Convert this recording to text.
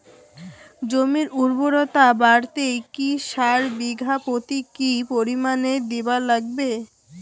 জমির উর্বরতা বাড়াইতে কি সার বিঘা প্রতি কি পরিমাণে দিবার লাগবে?